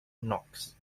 knox